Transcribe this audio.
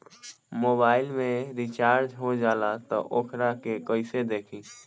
Mobile में recharge हो जाला त वोकरा के कइसे देखी?